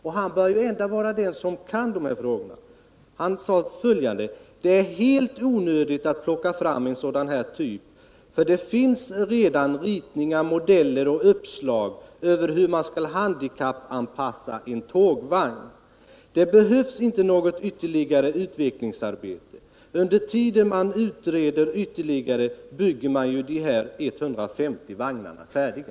Han bör vara den som kan de här frågorna, och han säger: ”Det är helt onödigt att plocka fram en sådan här typ, för det finns redan ritningar, modeller och uppslag över hur man skall handikappanpassa en tågvagn. Det behövs inte något ytterligare utvecklingsarbete. Under tiden man utreder ytterligare bygger man ju de här 150 vagnarna färdiga.”